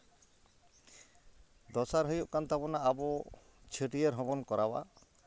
ᱫᱚᱥᱟᱨ ᱦᱩᱭᱩᱜ ᱠᱟᱱ ᱛᱟᱵᱚᱱᱟ ᱟᱵᱚ ᱪᱷᱟᱹᱴᱭᱟᱹᱨ ᱦᱚᱸᱵᱚᱱ ᱠᱚᱨᱟᱣᱟ